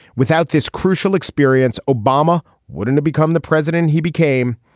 without this crucial experience obama wouldn't become the president he became.